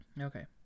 Okay